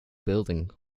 building